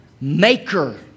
maker